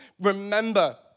Remember